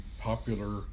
popular